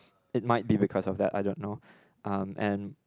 it might be because of that I don't know um and